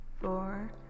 four